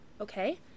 okay